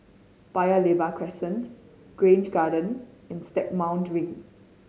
Paya Lebar Crescent Grange Garden and Stagmont Ring